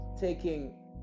taking